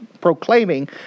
proclaiming